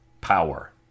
Power